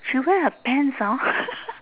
she wear a pants hor